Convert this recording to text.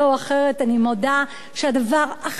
אני מודה שהדבר הכי מקומם,